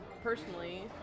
personally